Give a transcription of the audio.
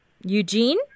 Eugene